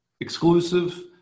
exclusive